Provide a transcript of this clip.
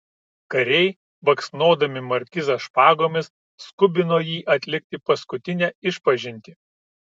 kariai baksnodami markizą špagomis skubino jį atlikti paskutinę išpažintį